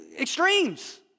extremes